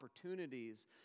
opportunities